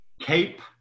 Cape